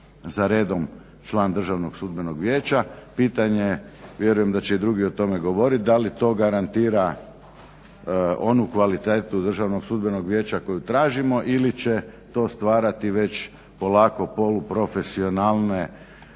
za redom član Državnog sudbenog vijeća. Pitanje je, vjerujem da će i drugi o tome govorit, da li to garantira onu kvalitetu Državnog sudbenog vijeća koju tražimo ili će to stvarati već polako poluprofesionalne